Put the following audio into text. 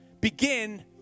begin